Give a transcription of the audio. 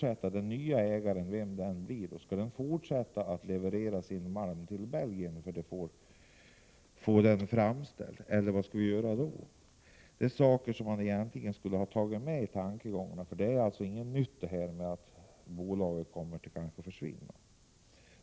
Skall den nye ägaren, vem det nu blir, fortsätta leverera sin malm till Belgien för förädling? Det är en fråga som borde ha tagits upp. Det är ingen nyhet att bolaget kanske kommer att försvinna.